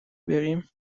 بریم